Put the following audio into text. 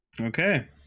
Okay